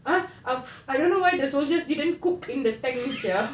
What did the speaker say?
!huh! I don't know why the soldiers didn't cook in the tank sia